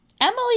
Emily